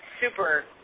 super